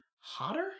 hotter